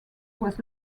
was